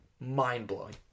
mind-blowing